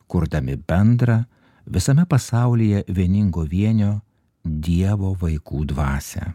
kurdami bendrą visame pasaulyje vieningo vienio dievo vaikų dvasią